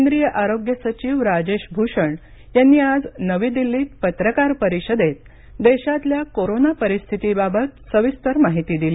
केंद्रीय आरोग्य सचिव राजेश भूषण यांनी आज नवी दिल्लीत पत्रकार परिषदेत देशातल्या कोरोना परिस्थितीबाबत सविस्तर माहिती दिली